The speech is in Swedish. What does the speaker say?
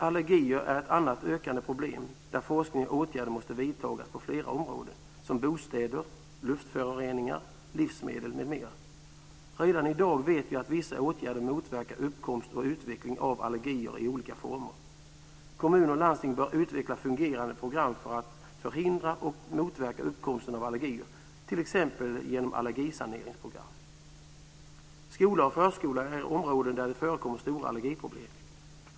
Allergier är ett annat ökande problem, där forskning och åtgärder måste vidtas på flera områden, som bostäder, luftföroreningar, livsmedel, m.m. Redan i dag vet vi att vissa åtgärder motverkar uppkomst och utveckling av allergier i olika former. Kommuner och landsting bör utveckla fungerande program för att förhindra och motverka uppkomsten av allergier, t.ex. Skola och förskola är områden där det förekommer stora allergiproblem.